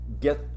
get